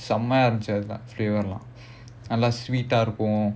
செமயா இருந்துசு:semaya irunthuchu flavour லாம் நல்ல:laam nalla sweet ah இருக்கும்:irukkum